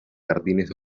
jardines